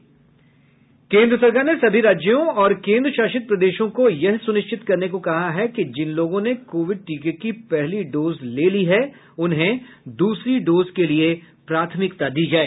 केन्द्र सरकार ने सभी राज्यों और केन्द्रशासित प्रदेशों को यह सुनिश्चित करने को कहा है कि जिन लोगों ने कोविड टीके की पहली डोज ले ली है उन्हें दूसरी डोज के लिए प्राथमिकता दी जाए